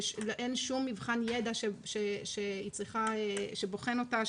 אין שום מבחן ידע שבוחן אותה,